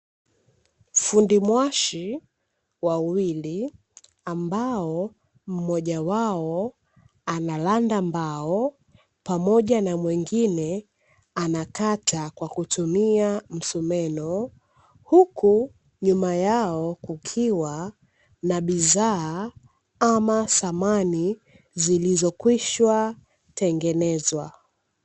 Fundi mwashi wawili ambao mmoja wao anaranda mbao pamoja na mwingine anakata kwa kutumia msumeno, huku nyuma yao kukiwa na bidhaa ama samani zilizokwisha tengenezwa.